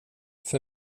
för